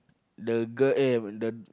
the girl eh the